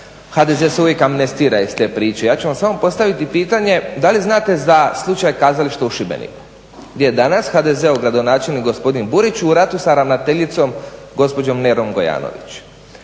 HDZ se uvijek amnestira iz te priče. Ja ću vam samo postaviti pitanje da li znate za slučaj kazališta u Šibeniku gdje je danas HDZ-ov gradonačelnik gospodin Burić u ratu sa ravnateljicom gospođom Nerom Gojanović,